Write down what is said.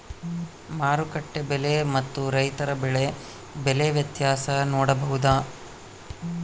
ಮಾರುಕಟ್ಟೆ ಬೆಲೆ ಮತ್ತು ರೈತರ ಬೆಳೆ ಬೆಲೆ ವ್ಯತ್ಯಾಸ ನೋಡಬಹುದಾ?